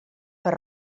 per